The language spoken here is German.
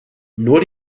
nur